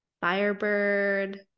Firebird